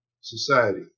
society